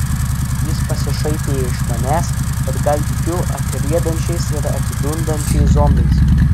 jis pasišaipė iš manęs kad gal tikiu atriedančiais ir atidundančiais zombiais